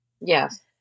Yes